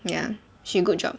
ya she good job